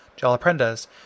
Jalaprenda's